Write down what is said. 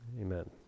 Amen